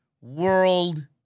World